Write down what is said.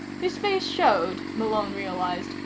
his face showed, malone realized,